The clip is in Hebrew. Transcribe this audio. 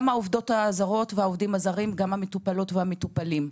גם העובדות והעובדים הזרים וגם המטופלות והמטופלים.